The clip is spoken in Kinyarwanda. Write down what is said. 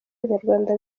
abanyarwanda